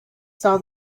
saw